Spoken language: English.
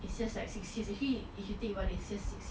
it's just like sixties he if you think about it it's just sixty